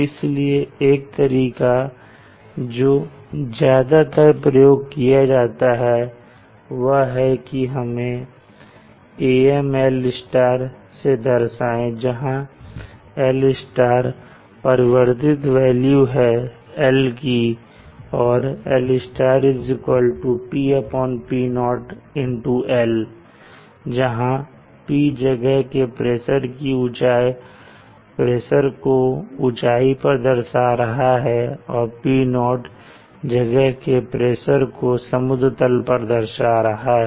इसलिए एक तरीका जो ज्यादातर प्रयोग किया जाता है वह है की हम इसे AMl से दर्शाए जहां l परिवर्तित वैल्यू है "l" की और l PP0 l यहां P जगह के प्रेशर को ऊंचाई पर दर्शा रहा है और P0 जगह के प्रेशर को समुद्र तल पर दर्शा रहा है